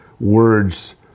words